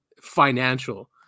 financial